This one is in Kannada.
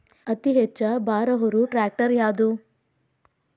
ಅತಿ ಹೆಚ್ಚ ಭಾರ ಹೊರು ಟ್ರ್ಯಾಕ್ಟರ್ ಯಾದು?